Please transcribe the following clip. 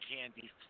candy